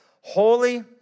holy